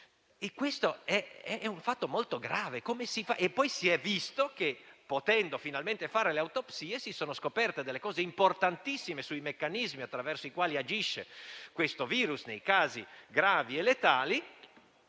ad oggi. È un fatto molto grave. Poi si è visto che potendo finalmente fare le autopsie, si sono scoperte delle cose importantissime sui meccanismi attraverso i quali agisce il virus nei casi gravi e letali